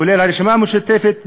כולל הרשימה המשותפת,